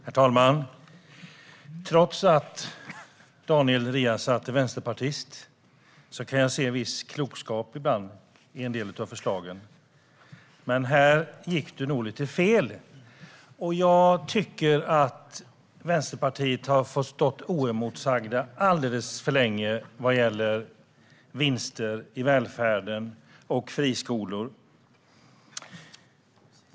Herr talman! Trots att Daniel Riazat är vänsterpartist kan jag ibland se en viss klokskap i en del av förslagen, men här gick du nog lite fel. Jag tycker att Vänsterpartiet har fått stå oemotsagt alldeles för länge vad gäller vinster i välfärden och friskolor.